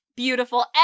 beautiful